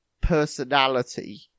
personality